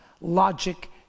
Logic